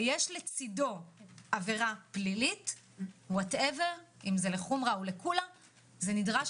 ויש לצדו עבירה פלילית לחומרה או לקולה נדרש